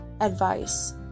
advice